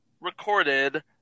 recorded